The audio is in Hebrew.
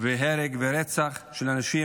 הרג ורצח של אנשים,